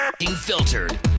unfiltered